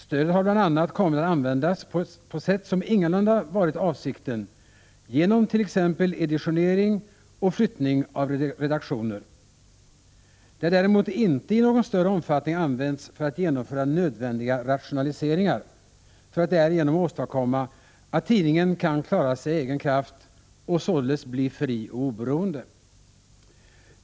Stödet har bl.a. kommit att användas på sätt som ingalunda varit avsikten genom t.ex. editionering och flyttning av redaktioner. Det har däremot inte i någon större omfattning använts för genomförande av nödvändiga rationaliseringar för att därigenom åstadkomma att tidningen kan klara sig av egen kraft och således bli fri och oberoende.